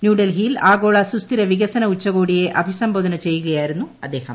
ന്യൂഡൽഹിയിൽ ആഗോള സുസ്ഥിര വികസന ഉച്ചകോടിയെ അഭിസംബോധന ചെയ്യുകയായിരുന്നു അദ്ദേഹം